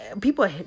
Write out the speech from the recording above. people